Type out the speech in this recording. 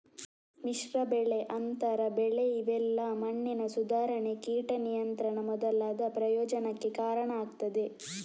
ಮಿಶ್ರ ಬೆಳೆ, ಅಂತರ ಬೆಳೆ ಇವೆಲ್ಲಾ ಮಣ್ಣಿನ ಸುಧಾರಣೆ, ಕೀಟ ನಿಯಂತ್ರಣ ಮೊದಲಾದ ಪ್ರಯೋಜನಕ್ಕೆ ಕಾರಣ ಆಗ್ತದೆ